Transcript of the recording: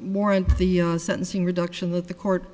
more in the sentencing reduction with the court